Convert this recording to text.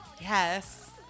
Yes